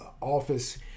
office